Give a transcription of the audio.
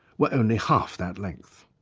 were only half that length.